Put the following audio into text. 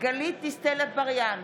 גלית דיסטל אטבריאן,